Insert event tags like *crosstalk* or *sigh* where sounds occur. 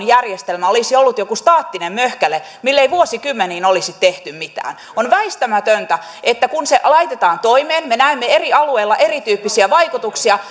*unintelligible* järjestelmä olisi ollut joku staattinen möhkäle mille ei vuosikymmeniin olisi tehty mitään on väistämätöntä että kun se laitetaan toimeen me näemme eri alueilla erityyppisiä vaikutuksia *unintelligible*